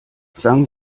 klang